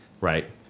right